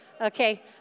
Okay